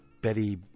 Betty